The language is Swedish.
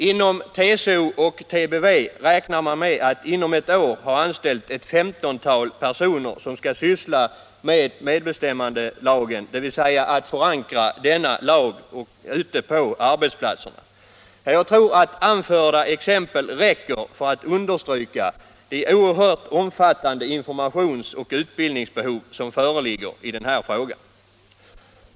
Inom TCO och TBV räknar man med att inom ett år ha anställt ett 15-tal personer som skall syssla med medbestämmandelagen, dvs. har till uppgift att förankra denna lag ute på arbetsplatserna. Jag tror att de anförda exemplen räcker för att belysa de oerhört omfattande informations och utbildningsbehov som föreligger på det här området.